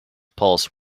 pulse